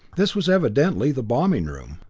this was evidently the bombing room.